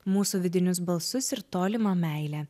mūsų vidinius balsus ir tolimą meilę